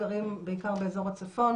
גרים בעיקר באזור הצפון.